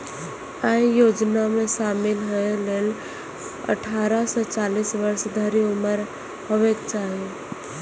अय योजना मे शामिल होइ लेल अट्ठारह सं चालीस वर्ष धरि उम्र हेबाक चाही